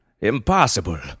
Impossible